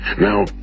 Now